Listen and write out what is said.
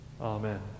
Amen